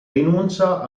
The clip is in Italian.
rinuncia